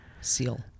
Seal